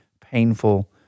painful